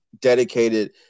dedicated